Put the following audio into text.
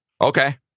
Okay